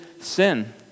sin